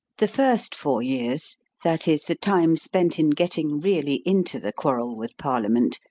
the first four years that is, the time spent in getting really into the quarrel with parliament,